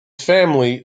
family